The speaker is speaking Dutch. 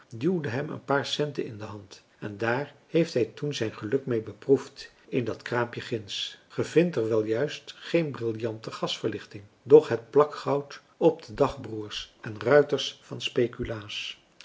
duwde hem een paar centen in de hand en daar heeft hij toen zijn geluk mee beproefd in dat kraampje ginds ge vindt er wel juist geen brillante gasverlichting doch het plakgoud op de dagbroers en ruiters van speculaas